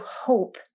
hope